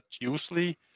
usually